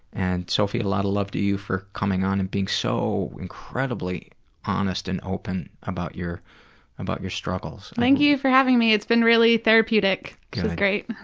and sophie a lot of love to you for coming on and being so incredibly honest and open about your about your struggles. thank you for having me, it's been really therapeutic, which is great.